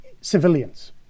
civilians